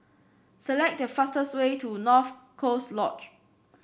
select the fastest way to North Coast Lodge